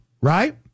Right